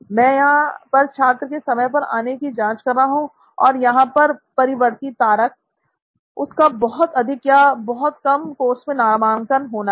मैं यहां पर छात्र के समय पर आने की जांच कर रहा हूं और यहां पर परिवर्ती तारक उसका बहुत अधिक या बहुत कम कोर्स में नामांकन होना है